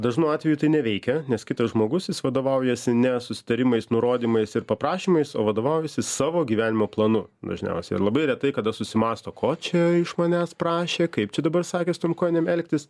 dažnu atveju tai neveikia nes kitas žmogus jis vadovaujasi ne susitarimais nurodymais ir paprašymais o vadovaujasi savo gyvenimo planu dažniausiai ir labai retai kada susimąsto ko čia iš manęs prašė kaip čia dabar sakė su tom kojinėm elgtis